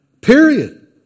Period